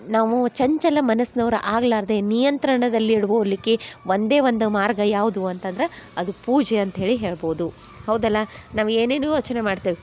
ನಾವು ಚಂಚಲ ಮನಸ್ನವ್ರು ಆಗಲಾರ್ದೆ ನಿಯಂತ್ರಣದಲ್ಲಿ ಇಡ್ವೋಲಿಕ್ಕೆ ಒಂದೇ ಒಂದು ಮಾರ್ಗ ಯಾವುದು ಅಂತಂದ್ರೆ ಅದು ಪೂಜೆ ಅಂತ ಹೇಳಿ ಹೇಳ್ಬೋದು ಹೌದಲ್ಲ ನಾವು ಏನೇನೋ ಯೋಚನೆ ಮಾಡ್ತೇವೆ